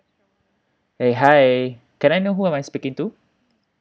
!hey! hi can I know who am I speaking to